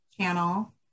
channel